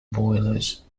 boilers